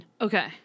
Okay